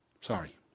Sorry